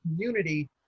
community